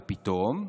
ופתאום,